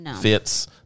fits